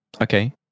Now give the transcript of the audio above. Okay